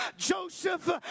Joseph